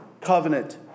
covenant